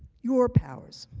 your powers,